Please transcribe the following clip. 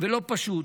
ולא פשוט.